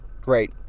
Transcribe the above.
Great